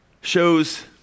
shows